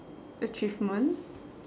achievement